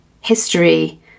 history